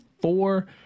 four